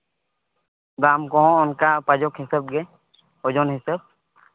ᱫᱟᱢ ᱠᱚᱦᱚᱸ ᱚᱱᱠᱟ ᱯᱟᱡᱚᱠ ᱦᱤᱥᱟᱹᱵ ᱜᱮ ᱳᱡᱚᱱ ᱦᱤᱥᱟᱹᱵ